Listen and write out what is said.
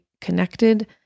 connected